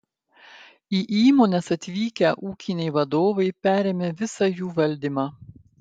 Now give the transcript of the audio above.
į įmones atvykę ūkiniai vadovai perėmė visą jų valdymą